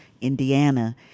Indiana